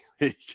league